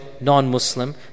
non-Muslim